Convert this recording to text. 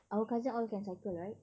our cousin all can cycle right